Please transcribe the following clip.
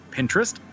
Pinterest